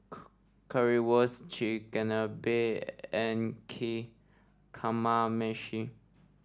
Currywurst Chigenabe and K Kamameshi